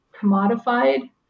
commodified